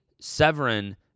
Severin